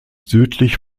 südlich